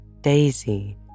Daisy